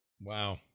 Wow